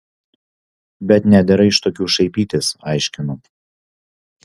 bet nedera iš tokių šaipytis aiškinu